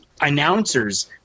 announcers